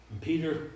Peter